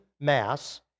mass